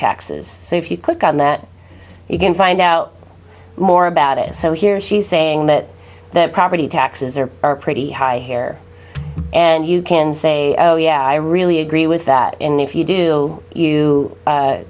taxes so if you click on that you can find out more about it so here she's saying that the property taxes are pretty high here and you can say oh yeah i really agree with that and if you do you